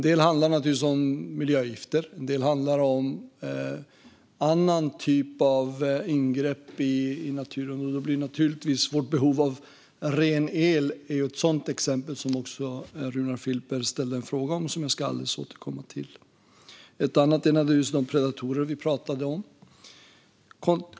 Det handlar om miljögifter, och det handlar om andra typer av ingrepp i naturen. Vårt behov av ren el är ett sådant exempel, som Runar Filper ställde en fråga om och som jag ska återkomma till. Det handlar också om de predatorer vi pratade om. Fru talman!